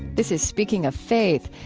this is speaking of faith.